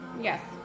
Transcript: Yes